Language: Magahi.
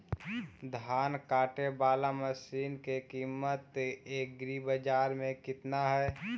धान काटे बाला मशिन के किमत एग्रीबाजार मे कितना है?